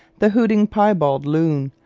the hooting piebald loon,